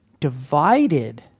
divided